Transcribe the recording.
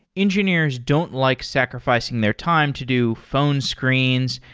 engineers don't like sacrifi cing their time to do phone screens,